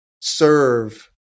serve